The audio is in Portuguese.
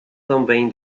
também